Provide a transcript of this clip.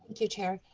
you, chair.